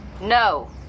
No